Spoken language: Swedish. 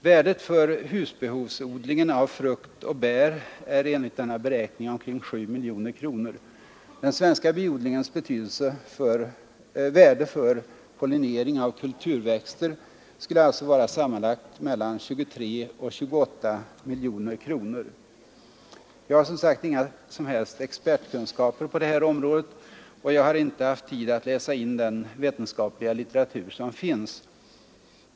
Värdet för husbehovsodlingen av frukt och bär är enligt beräkning omkring 7 miljoner kronor. Den svenska biodlingens värde för pollinering av kulturväxter skulle alltså vara sammanlagt mellan 23 och 28 miljoner kronor. Jag har som sagt inga som helst expertkunskaper på det här området, och jag har inte haft tid att läsa in den vetenskapliga litteratur som finns.